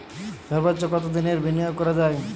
সর্বোচ্চ কতোদিনের বিনিয়োগ করা যায়?